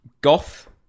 Goth